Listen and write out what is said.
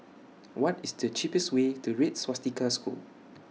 What IS The cheapest Way to Red Swastika School